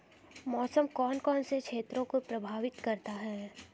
मौसम कौन कौन से क्षेत्रों को प्रभावित करता है?